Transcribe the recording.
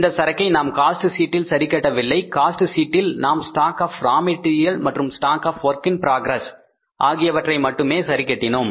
இந்த சரக்கை நாம் காஸ்ட் சீட்டில் சரிகட்டவில்லை காஸ்ட் சீட்டில் நாம் ஸ்டாக் ஆப் ரா மேடரியல் மற்றும் stock of work in progress ஆகியவற்றை மட்டுமே சரிகட்டினோம்